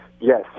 Yes